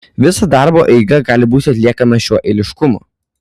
visa darbo eiga gali būti atliekama šiuo eiliškumu